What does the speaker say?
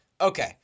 Okay